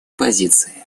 позиции